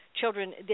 children